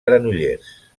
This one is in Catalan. granollers